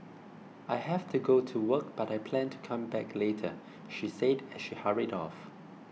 I have to go to work but I plan to come back later she said as she hurried off